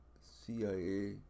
CIA